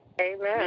Amen